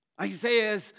Isaiah